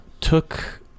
took